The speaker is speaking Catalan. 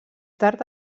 tard